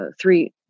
three